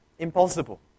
Impossible